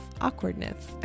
awkwardness